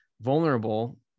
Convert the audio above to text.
vulnerable